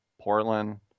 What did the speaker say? Portland